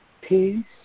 peace